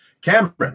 Cameron